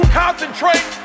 concentrate